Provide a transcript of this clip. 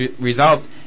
results